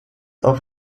auf